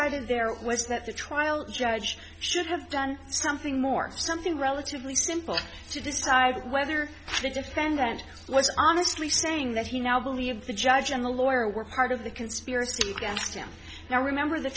there was that the trial judge should have done something more something relatively simple to decide whether the defendant was honestly saying that he now believes the judge and the lawyer were part of the conspiracy against him now remember the